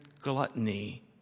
gluttony